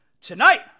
Tonight